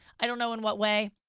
i don't know in what way,